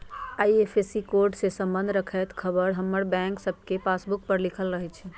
IFSC code से संबंध रखैत ख़बर हमर सभके बैंक के पासबुक पर लिखल रहै छइ